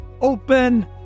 open